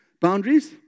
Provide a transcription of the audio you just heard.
boundaries